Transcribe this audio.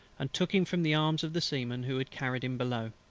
and took him from the arms of the seamen who had carried him below.